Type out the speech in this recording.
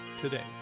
today